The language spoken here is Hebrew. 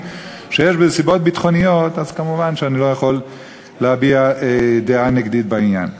שאכן, הגיע הזמן לעשות רפורמה,